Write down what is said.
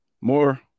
more